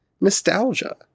nostalgia